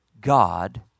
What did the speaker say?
God